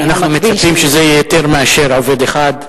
אנחנו מצפים שזה יהיה יותר מאשר עובד אחד בדרגים.